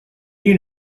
you